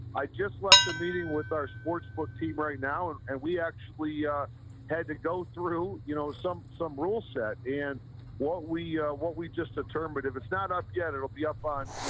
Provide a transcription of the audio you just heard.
i just left a meeting with our sports book team right now. and and we actually had to go through, you know, some some rule set and what we, what we just determined but if it's not up yet, it'll be up on,